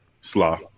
Slaw